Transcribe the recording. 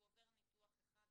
הוא עובר ניתוח אחד,